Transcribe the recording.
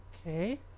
Okay